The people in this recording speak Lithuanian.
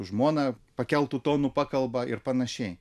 žmona pakeltu tonu pakalba ir panašiai